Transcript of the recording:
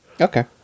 Okay